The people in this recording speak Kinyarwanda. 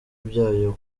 byayo